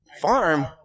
Farm